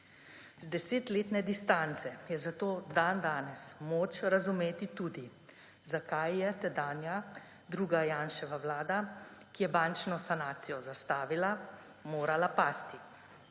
Z desetletne distance je zato dandanes moč razumeti tudi, zakaj je tedanja druga Janševa vlada, ki je bančno sanacijo zastavila, morala pasti.